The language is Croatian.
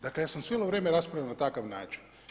Dakle, ja sam cijelo vrijeme raspravljao na takav način.